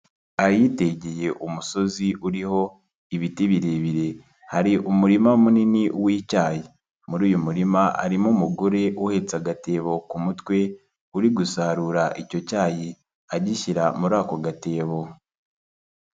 Ahitegeye umusozi uriho ibiti birebire hari umurima munini w'icyayi, muri uyu murima arimo umugore uhetse agatebo ku mutwe uri gusarura icyo cyayi, agishyira muri ako gatebo.